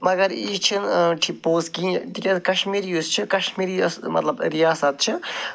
مَگر یہِ چھِنہٕ چھِ پوٚز کِہیٖنۍ تِکیٛازِ کَشمیٖری یُس چھِ کَشمیٖری یۄس مطلب رِیاسَت چھِ